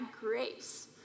grace